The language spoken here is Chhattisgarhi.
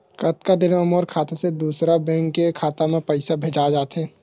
कतका देर मा मोर खाता से दूसरा बैंक के खाता मा पईसा भेजा जाथे?